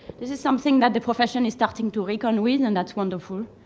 this is something that the profession is starting to reckon with, and that's wonderful.